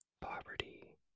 poverty